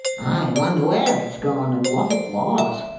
i wonder where it's gone, and what it was.